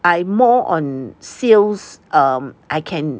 I more on sales um I can